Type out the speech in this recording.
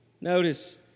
Notice